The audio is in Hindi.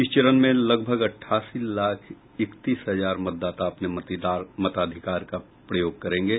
इस चरण में लगभग अट्ठासी लाख इकतीस हजार मतदाता अपने मताधिकार का प्रयोग करेंगे